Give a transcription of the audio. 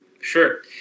Sure